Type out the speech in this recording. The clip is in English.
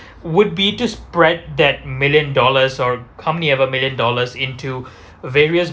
would be to spread that million dollars or many ever million dollars into various